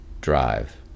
Drive